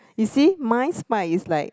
you see mines mic is like